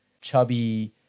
chubby